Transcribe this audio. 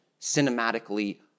cinematically